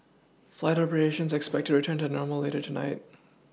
flight operations are expected to return to normal later tonight